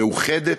מאוחדת,